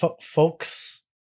Folks